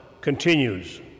continues